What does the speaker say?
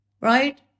Right